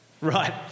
Right